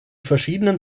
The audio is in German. verschiedenen